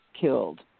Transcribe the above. killed